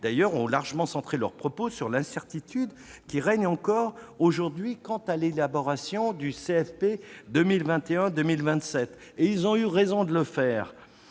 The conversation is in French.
précédé ont largement centré leur propos sur l'incertitude qui règne encore aujourd'hui quant à l'élaboration du CFP 2021-2027. Ils ont eu raison de le faire.